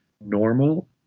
normal